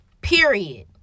period